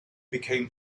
became